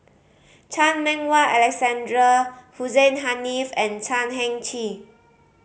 Chan Meng Wah Alexander Hussein Haniff and Chan Heng Chee